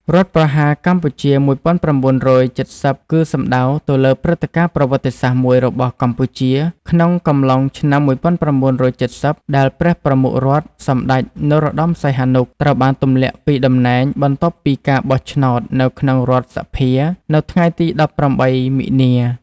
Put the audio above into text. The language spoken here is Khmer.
រដ្ឋប្រហារកម្ពុជា១៩៧០ គឺសំដៅទៅលើព្រឹត្តិការណ៍ប្រវត្តិសាស្ត្រមួយរបស់កម្ពុជា ក្នុងកំឡុងឆ្នាំ១៩៧០ ដែលព្រះប្រមុខរដ្ឋ សម្តេចនរោត្ដម សីហនុ ត្រូវបានទម្លាក់ពីតំណែង បន្ទាប់ពីការបោះឆ្នោតនៅក្នុងរដ្ឋសភានៅថ្ងៃទី ១៨ មីនា។